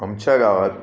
आमच्या गावात